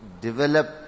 develop